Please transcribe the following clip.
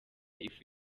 ifu